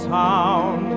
town